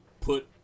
put